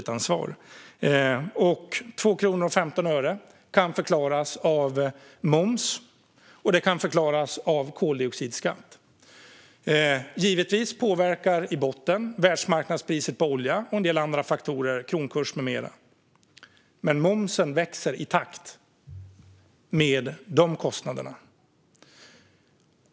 2 kronor och 15 öre kan förklaras av moms och koldioxidskatt. Givetvis påverkar i botten världsmarknadspriset på olja och en del andra faktorer, såsom kronkurs med mera. Men momsen växer i takt med de kostnaderna.